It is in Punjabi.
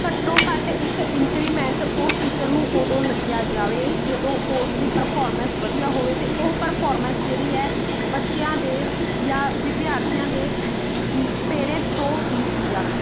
ਘੱਟੋ ਘੱਟ ਇੱਕ ਇੰਕਰੀਮੈਂਟ ਉਸ ਟੀਚਰ ਨੂੰ ਉਦੋਂ ਲੱਗਿਆ ਜਾਵੇ ਜਦੋਂ ਉਸ ਦੀ ਪਰਫੋਰਮੈਂਸ ਵਧੀਆ ਹੋਵੇ ਅਤੇ ਉਹ ਪਰਫੋਰਮੈਂਸ ਜਿਹੜੀ ਹੈ ਬੱਚਿਆਂ ਦੇ ਜਾਂ ਵਿਦਿਆਰਥੀਆਂ ਦੇ ਪੇਰੈਂਟਸ ਤੋਂ ਲਿੱਤੀ ਜਾਵੇ